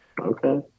Okay